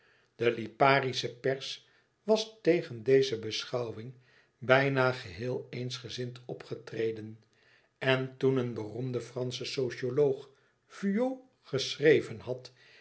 de liparische pers was tegen deze beschouwing bijna geheel eensgezind opgetreden en toen een beroemde fransche socioloog vuillot geschreven had